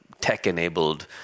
tech-enabled